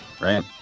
right